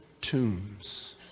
tombs